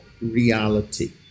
reality